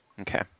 Okay